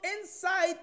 inside